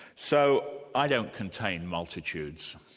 so i don't contain multitudes.